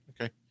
Okay